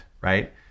right